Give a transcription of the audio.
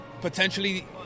potentially